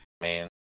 Man